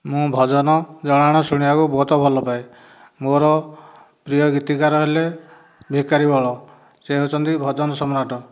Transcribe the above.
ମୁଁ ଭଜନ ଜଣାଣ ଶୁଣିବାକୁ ବହୁତ ଭଲପାଏ ମୋର ପ୍ରିୟ ଗୀତିକାର ହେଲେ ଭିକାରି ବଳ ସେ ହେଉଛନ୍ତି ଭଜନ ସମ୍ରାଟ